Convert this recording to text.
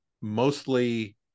mostly